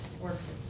works